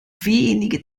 wenige